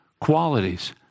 qualities